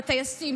בטייסים,